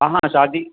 हा हा शादी